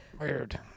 Weird